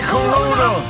Corona